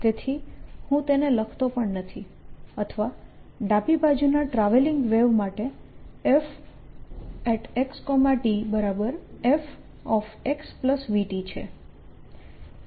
તેથી હું તેને લખતો પણ નથી અથવા ડાબી બાજુના ટ્રાવેલીંગ વેવ માટે fxtfxvt છે